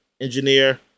engineer